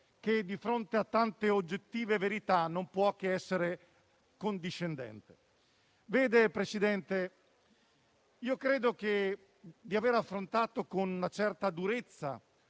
che, di fronte a tante oggettive verità, non può che essere condiscendente. Presidente, credo di aver affrontato con una certa durezza,